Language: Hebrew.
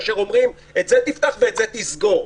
אומרים: את זה תפתח ואת זה תסגור.